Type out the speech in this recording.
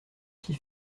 fit